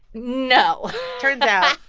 no turns out.